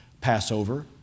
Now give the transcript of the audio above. Passover